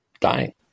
dying